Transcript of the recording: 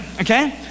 okay